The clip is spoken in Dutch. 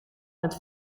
met